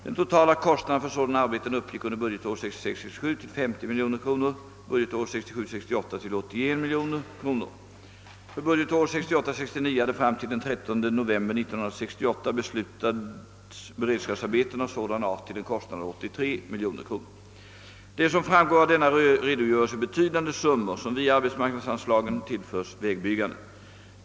Den totala kostnaden för sådana arbeten uppgick under budgetåret 1966 68 till 81 miljoner kronor. För budgetåret 1968/69 hade fram till den 13 november 1968 beslutats beredskapsarbeten av sådan art till en kostnad av 83 miljoner kronor. Det är, som framgår av denna redogörelse, betydande summor som via arbetsmarknadsanslagen tillförs vägbyggandet.